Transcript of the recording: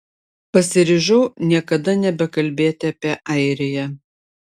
pasiryžau niekada nebekalbėti apie airiją